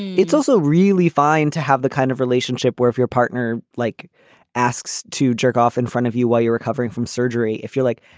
it's also really fine to have the kind of relationship where if your partner like asks to jerk off in front of you while you're recovering from surgery, if you're like,